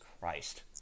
Christ